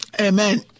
Amen